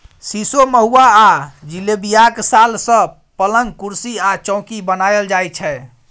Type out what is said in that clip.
सीशो, महुआ आ जिलेबियाक साल सँ पलंग, कुरसी आ चौकी बनाएल जाइ छै